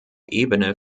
ebene